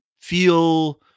feel